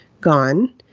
gone